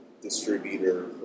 distributor